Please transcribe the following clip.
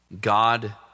God